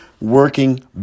working